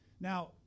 Now